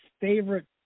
favorite